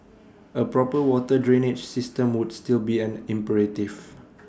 A proper water drainage system would still be an imperative